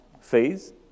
phase